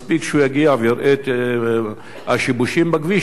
מספיק שהוא יגיע ויראה את השיבושים בכביש,